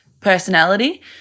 personality